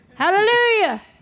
Hallelujah